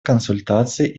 консультаций